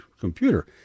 computer